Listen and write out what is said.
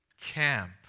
camp